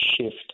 shift